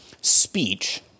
speech